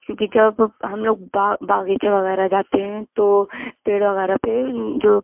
کیوںکہ جب ہم لوگ باغ باغیچہ وغیرہ جاتے ہیں تو پیڑ وغیرہ پہ جو